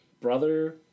Brother